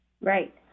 Right